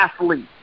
athlete